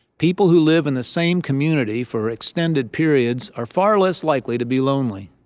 people who live in the same community for extended periods are far less likely to be lonely.